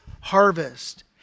harvest